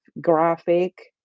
graphic